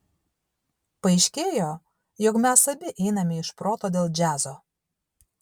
paaiškėjo jog mes abi einame iš proto dėl džiazo